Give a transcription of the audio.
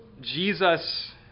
Jesus